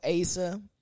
Asa